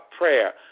prayer